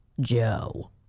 Joe